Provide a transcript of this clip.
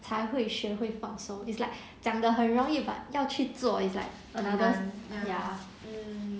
才会学会放松 it's like 讲得很容易 but 要去做 is like 很难 ya